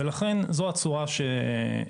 ולכן זו הצורה שנוסדה.